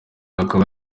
akaba